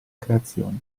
creazione